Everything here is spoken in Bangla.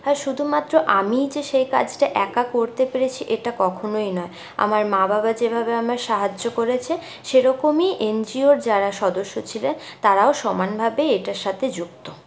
আর শুধুমাত্র আমিই যে সেই কাজটা একা করতে পেরেছি এটা কখনোই নয় আমার মা বাবা যেভাবে আমার সাহায্য করেছে সেরকমই এনজিওর যারা সদস্য ছিলেন তাঁরাও সমানভাবে এটার সাথে যুক্ত